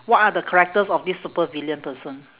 what are the characters of this supervillain person